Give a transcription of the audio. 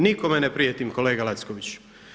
Nikome ne prijetim kolega Lacković!